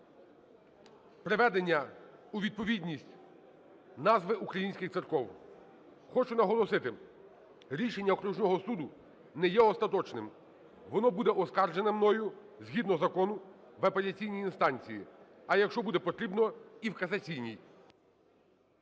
приведення у відповідність назви українських церков. Хочу наголосити: рішення окружного суду не є остаточним, воно буде оскаржене мною, згідно закону, в апеляційній інстанції, а якщо буде потрібно, і в касаційній.